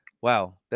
wow